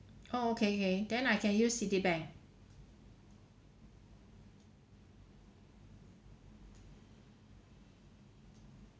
oh okay kay~ then I can use citibank